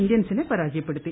ഇന്ത്യൻസിനെ പരാജയപ്പെടുത്തി